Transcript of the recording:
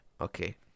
Okay